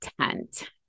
tent